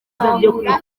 gutahura